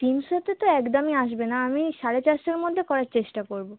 তিনশোতে তো একদমই আসবে না আমি সাড়ে চারশোর মধ্যে করার চেষ্টা করবো